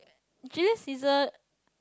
Julia-Caesar